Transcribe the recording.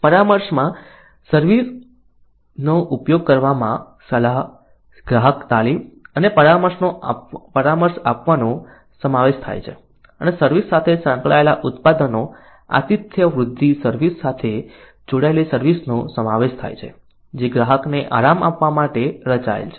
પરામર્શમાં service નો ઉપયોગ કરવામાં સલાહ ગ્રાહક તાલીમ અને પરામર્શ આપવાનો સમાવેશ થાય છે અને સર્વિસ સાથે સંકળાયેલા ઉત્પાદનો આતિથ્ય વૃદ્ધિ સર્વિસ સાથે જોડાયેલી સર્વિસ નો સમાવેશ થાય છે જે ગ્રાહકને આરામ આપવા માટે રચાયેલ છે